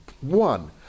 One